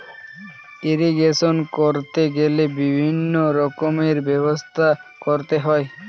irrigation করতে গেলে বিভিন্ন রকমের ব্যবস্থা করতে হয়